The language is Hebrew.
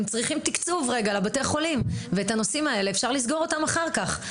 הם צריכים תקצוב לבתי החולים ואת הנושאים האלה אפשר לסגור אחר כך.